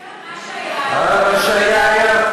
בסדר, מה שהיה היה, תיקנו, מה שהיה היה?